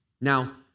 Now